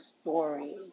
story